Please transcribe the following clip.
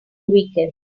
weekends